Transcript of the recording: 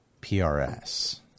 PRS